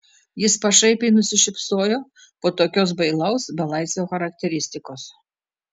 jis pašaipiai nusišypsojo po tokios bailaus belaisvio charakteristikos